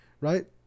right